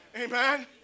Amen